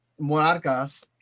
Monarcas